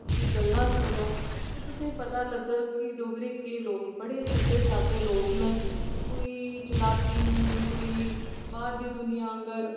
उंदी गल्लां सुनो ते तुसेंगी पता लग्गग कि डोगरे केह् लोक न बड़े सिद्धे साधे लोग न कोई चलाकी नेईं कोई बाह्र दी दुनियां आंह्गर